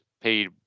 paid